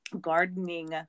gardening